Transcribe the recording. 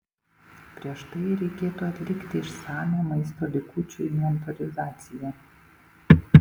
prieš tai reikėtų atlikti išsamią maisto likučių inventorizacija